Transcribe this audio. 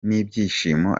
n’ibyishimo